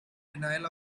denial